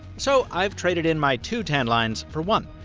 so, i've traded in my two tan lines for one.